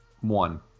One